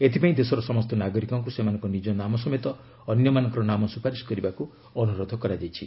ଏଥିପାଇଁ ଦେଶର ସମସ୍ତ ନାଗରିକଙ୍କୁ ସେମାନଙ୍କ ନିଜ ନାମ ସମେତ ଅନ୍ୟମାନଙ୍କର ନାମ ସୁପାରିଶ କରିବାକୁ ଅନୁରୋଧ କରାଯାଇଛି